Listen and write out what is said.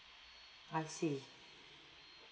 I see